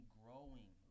growing